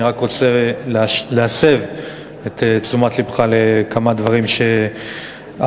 אני רק רוצה להסב את תשומת לבך לכמה דברים שאמרת.